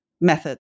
method